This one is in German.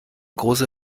große